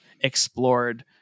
explored